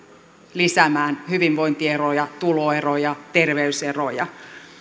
lisäämään hyvinvointieroja tuloeroja terveyseroja